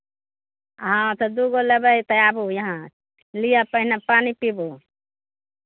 हँ तऽ दू गो लेबै तऽ आबू यहाँ लिअ पहिने पानि पिबू